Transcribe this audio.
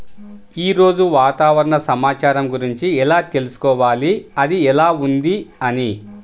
ఈరోజు వాతావరణ సమాచారం గురించి ఎలా తెలుసుకోవాలి అది ఎలా ఉంది అని?